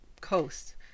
coast